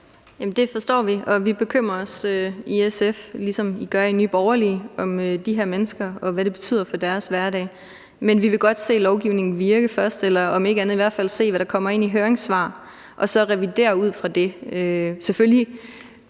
Det forstår vi, og vi bekymrer os i SF, ligesom I gør i Nye Borgerlige, for de her mennesker og for, hvad det betyder for deres hverdag, men vi vil godt se lovgivningen virke først, eller om ikke andet i hvert fald se, hvad der kommer af høringssvar, og så revidere ud fra det. Det er selvfølgelig